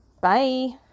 Bye